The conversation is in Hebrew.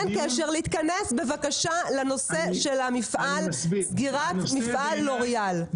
תתכנס בבקשה לנושא של המפעל, סגירת מפעל לוריאל.